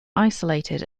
isolated